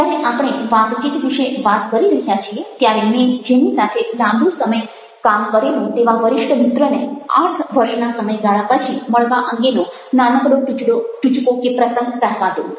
જ્યારે આપણે વાતચીત વિશે વાત કરી રહ્યા છીએ ત્યારે મેં જેની સાથે લાંબો સમય કામ કરેલું તેવા વરિષ્ઠ મિત્રને આઠ વર્ષના સમયગાળા પછી મળવા અંગેનો નાનકડો ટૂચકો કે પ્રસંગ કહેવા દો